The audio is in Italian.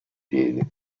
piedi